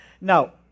Now